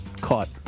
caught